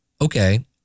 Okay